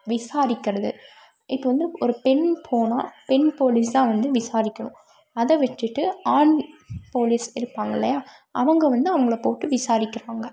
விசாரிக்கிறது இப்போ வந்து ஒரு பெண் போனால் பெண் போலீஸ்தான் வந்து விசாரிக்கணும் அதை விட்டுட்டு ஆண் போலீஸ் இருப்பாங்க இல்லையா அவங்க வந்து அவங்கள போட்டு விசாரிக்கிறாங்க